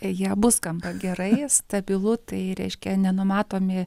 jie abu skamba gerai stabilu tai reiškia nenumatomi